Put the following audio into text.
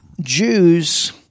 Jews